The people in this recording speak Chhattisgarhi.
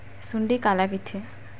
सुंडी काला कइथे?